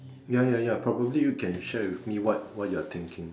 ya ya ya probably you can share with me what what you are thinking